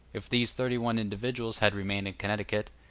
if these thirty-one individuals had remained in connecticut,